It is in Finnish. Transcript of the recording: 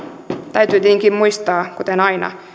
täytyy tietenkin muistaa kuten aina